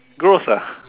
gross ah